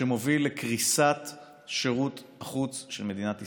שמוביל לקריסת שירות החוץ של מדינת ישראל,